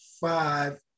five